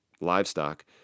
livestock